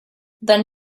then